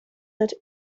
not